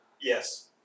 Yes